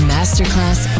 Masterclass